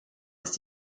ist